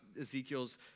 Ezekiel's